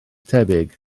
tebyg